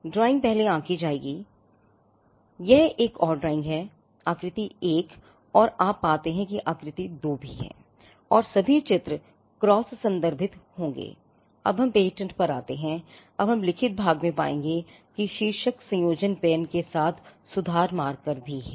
drawing पहले आंकी जाएगी यह एक और ड्राइंग है आकृति 1 और आप पाते हैं कि एक आकृति 2 है और सभी चित्र क्रॉस संदर्भित है